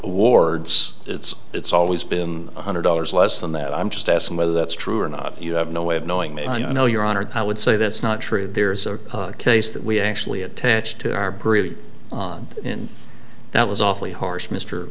awards it's it's always been one hundred dollars less than that i'm just asking whether that's true or not you have no way of knowing me i know your honor i would say that's not true there's a case that we actually attach to our brewery and that was awfully harsh mister